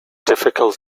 difficult